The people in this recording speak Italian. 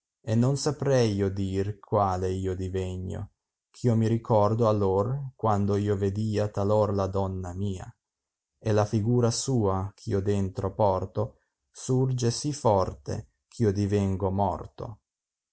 pregno non saprei io dir quale io divegno gh io mi ricordo allor quando io tedia talor la donna mia e la figura sua ch io dentro porto surge sì fortej ch io divengo morto